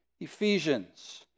Ephesians